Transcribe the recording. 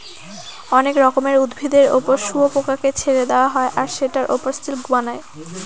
অনেক রকমের উদ্ভিদের ওপর শুয়োপোকাকে ছেড়ে দেওয়া হয় আর সেটার ওপর সিল্ক বানায়